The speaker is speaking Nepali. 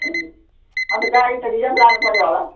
अनि त गाडी त रिजर्भ लानुपर्यो होला